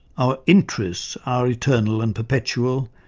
our interests are eternal and perpetual,